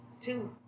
two